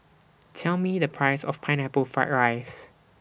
Tell Me The Price of Pineapple Fried Rice